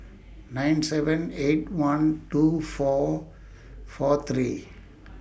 nine seven eight one two four four three